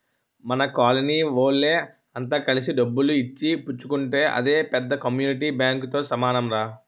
మన కోలనీ వోళ్ళె అంత కలిసి డబ్బులు ఇచ్చి పుచ్చుకుంటే అదే పెద్ద కమ్యూనిటీ బాంకుతో సమానంరా